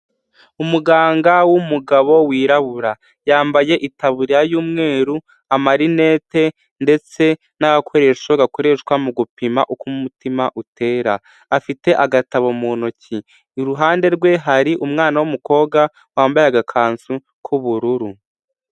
Umuganga w'umugabo wirabura, yambaye itaburiya y'umweru, amarinete ndetse n'agakoresho gakoreshwa mu gupima uko umutima utera, afite agatabo mu ntoki, iruhande rwe hari umwana w'umukobwa wambaye agakanzu k'ubururu.